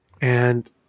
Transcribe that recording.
and-